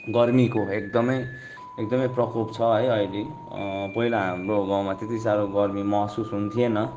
गर्मीको एकदमै एकदमै प्रकोप छ है अहिले पहिला हाम्रो गाउँमा त्यति साह्रो गर्मी महसुस् हुन्थेन